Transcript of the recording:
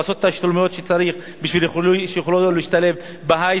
לעשות את ההשתלמויות שצריך בשביל שיוכלו להשתלב בהיי-טק,